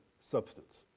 substance